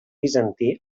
bizantí